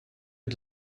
het